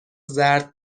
زرد